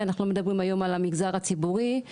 אנחנו מדברים היום על המגזר הציבורי,